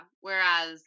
whereas